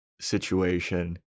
situation